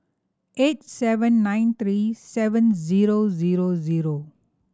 eight seven nine three seven zero zero zero